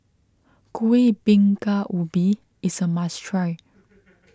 Kueh Bingka Ubi is a must try